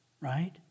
right